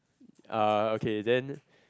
uh okay then